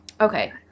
okay